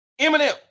Eminem